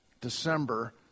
December